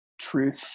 truth